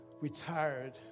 retired